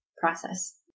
process